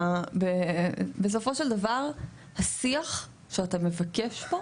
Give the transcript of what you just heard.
בסופו של דבר השיח שאתה מבקש פה,